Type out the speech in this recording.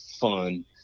fun